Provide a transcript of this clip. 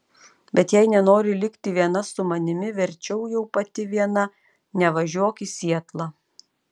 bet jei nenori likti viena su manimi verčiau jau pati viena nevažiuok į sietlą